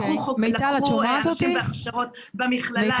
לקחו חוקרים, לקחו אנשים בהכשרות, במכללה.